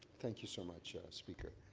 thank you so much, speaker.